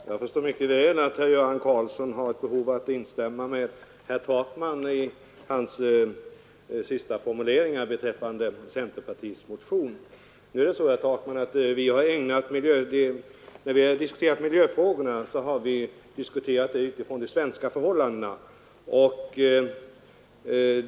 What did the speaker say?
Herr talman! Jag förstår mycket väl att herr Göran Karlsson i Huskvarna har ett behov av att instämma i herr Takmans avslutande formulering beträffande centerpartiets motion. Men, herr Takman, när vi i centerpartiet har diskuterat miljöfrågorna har vi gjort det utifrån de svenska förhållandena.